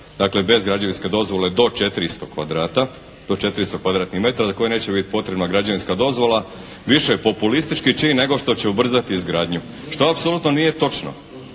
dakle bez građevinske dozvole do 400 kvadrata, do 400 kvadratnih metara za koje neće biti potrebna građevinska dozvola više populistički čin nego što će ubrzati izgradnju. Što apsolutno nije točno.